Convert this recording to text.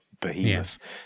behemoth